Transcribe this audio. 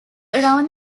around